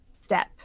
step